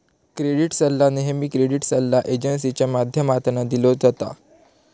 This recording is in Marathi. क्रेडीट सल्ला नेहमी क्रेडीट सल्ला एजेंसींच्या माध्यमातना दिलो जाता